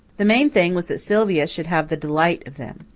the main thing was that sylvia should have the delight of them.